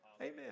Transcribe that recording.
Amen